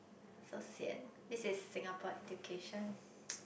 so sian this is Singapore education